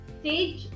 stage